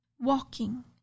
walking